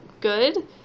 good